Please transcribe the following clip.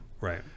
right